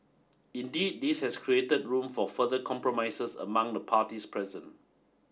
indeed this has created room for further compromises among the parties present